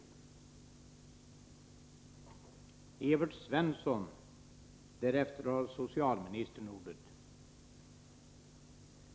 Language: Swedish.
Mm. ni